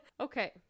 Okay